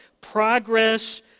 Progress